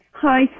Hi